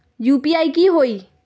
UPI की होई?